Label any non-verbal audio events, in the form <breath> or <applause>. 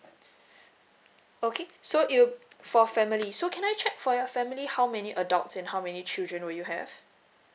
<breath> okay so it for family so can I check for your family how many adults and how many children would you have